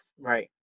Right